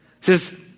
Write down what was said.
Says